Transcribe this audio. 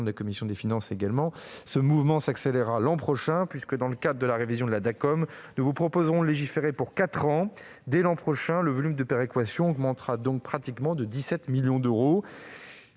les collectivités d'outre-mer. Ce mouvement s'accélérera l'an prochain, puisque, dans le cadre de la révision de la Dacom, nous vous proposerons de légiférer pour quatre ans. Dès l'an prochain, le volume de péréquation augmentera donc pratiquement de 17 millions d'euros.